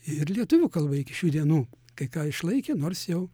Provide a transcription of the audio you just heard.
ir lietuvių kalba iki šių dienų kai ką išlaikė nors jau